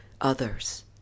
others